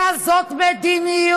אלא זו מדיניות.